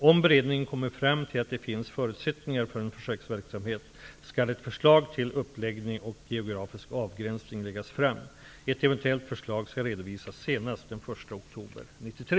Om beredningen kommer fram till att det finns förutsättningar för en försöksverksamhet, skall ett förslag till uppläggning och geografisk avgränsning läggas fram. Ett eventuellt förslag skall redovisas senast den 1 oktober 1993.